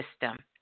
system